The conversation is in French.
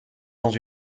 dans